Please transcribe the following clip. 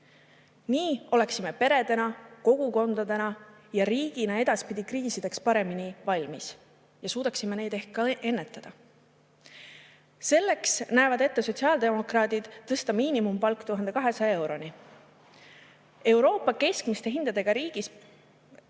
Nii oleksime peredena, kogukondadena ja riigina kriisideks edaspidi paremini valmis ja suudaksime neid ehk ka ennetada. Selleks näevad sotsiaaldemokraadid ette tõsta miinimumpalk 1200 euroni. Euroopa keskmiste hindadega riigis